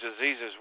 diseases